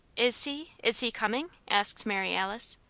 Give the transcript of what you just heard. is he is he coming? asked mary alice,